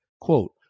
quote